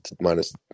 minus